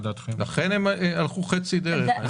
לכן הם הלכו חצי דרך.